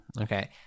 okay